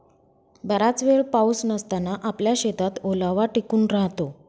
बराच वेळ पाऊस नसताना आपल्या शेतात ओलावा टिकून राहतो